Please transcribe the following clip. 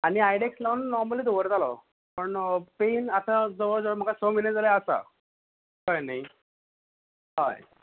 आनी आयडॅक्स लावन नॉमली दवरतालो पण पेन आतां जवळ जवळ म्हाका स म्हयने जाले आसा कळें न्ही हय